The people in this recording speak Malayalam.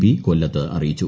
പി കൊല്ലത്ത് അറിയിച്ചു